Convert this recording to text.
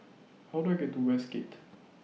How Do I get to Westgate